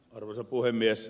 arvoisa puhemies